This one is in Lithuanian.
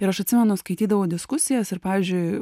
ir aš atsimenu skaitydavau diskusijas ir pavyzdžiui